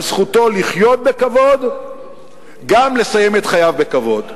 זכותו לחיות בכבוד גם לסיים את חייו בכבוד.